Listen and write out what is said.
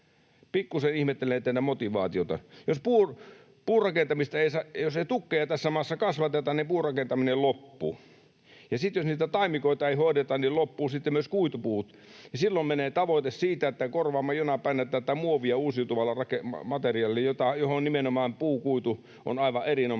Pikkusen ihmettelen teidän motivaatiotanne. Jos ei tukkeja tässä maassa kasvateta, niin puurakentaminen loppuu. Ja jos niitä taimikoita ei hoideta, niin loppuvat sitten myös kuitupuut, ja silloin menee tavoite siitä, että korvaamme jonain päivänä muovia uusiutuvalla materiaalilla, johon nimenomaan puukuitu on aivan erinomainen